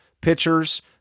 pitchers